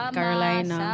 Carolina